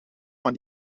van